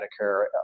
Medicare